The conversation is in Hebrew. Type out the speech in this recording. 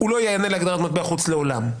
לא יענה להגדרת "מטבע חוץ" לעולם.